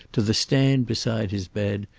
to the stand beside his bed,